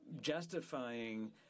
justifying